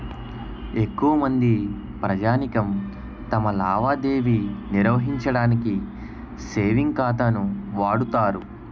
ఎక్కువమంది ప్రజానీకం తమ లావాదేవీ నిర్వహించడానికి సేవింగ్ ఖాతాను వాడుతారు